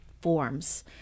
forms